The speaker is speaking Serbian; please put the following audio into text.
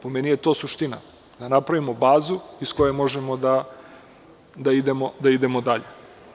Po meni je to suština, da napravimo bazu iz koje možemo da idemo dalje.